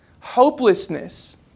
Hopelessness